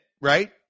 right